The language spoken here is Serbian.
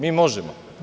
Mi možemo.